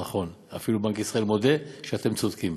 נכון, אפילו בנק ישראל מודה שאתם צודקים.